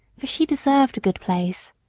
for she deserved a good place.